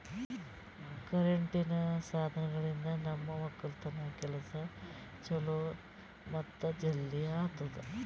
ಕರೆಂಟಿನ್ ಸಾಧನಗಳಿಂದ್ ನಮ್ ಒಕ್ಕಲತನ್ ಕೆಲಸಾ ಛಲೋ ಮತ್ತ ಜಲ್ದಿ ಆತುದಾ